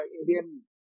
Indian